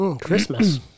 Christmas